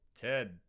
Ted